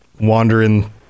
wandering